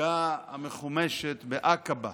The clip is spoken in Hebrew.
הפסגה המחומשת בעקבה.